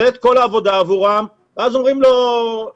עושה את כל העבודה עבורם ואז אומרים לו לא.